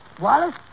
Wallace